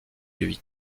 lui